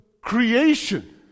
creation